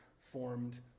formed